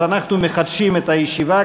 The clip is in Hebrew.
אז אנחנו מחדשים את הישיבה,